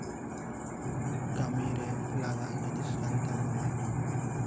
ᱠᱟᱹᱢᱤ ᱨᱮ ᱞᱟᱜᱟᱜ ᱡᱤᱱᱤᱥ ᱠᱟᱱ ᱛᱟᱵᱚᱱᱟ